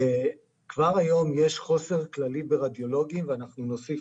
כבר היום יש חוסר כללי ברדיולוגים ואנחנו נוסיף